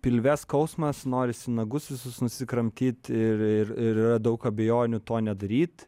pilve skausmas norisi nagus visus nusikramtyt ir ir yra daug abejonių to nedaryt